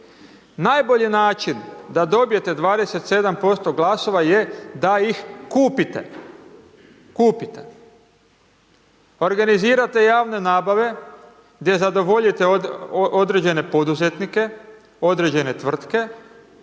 Najbolji način da dobijete 27% glasova je da ih kupite, kupite, organizirate javne nabave gdje zadovoljite određene poduzetnike, određene tvrtke